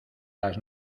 las